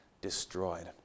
destroyed